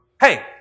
hey